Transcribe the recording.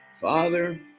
Father